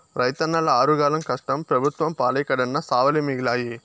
రైతన్నల ఆరుగాలం కష్టం పెబుత్వం పాలై కడన్నా సావులే మిగిలాయి